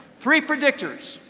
three predictions,